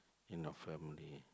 in a family